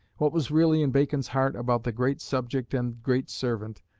what was really in bacon's heart about the great subject and great servant,